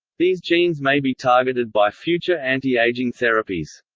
these genes may be targeted by future anti-aging therapies.